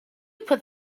put